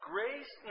Grace